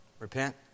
Repent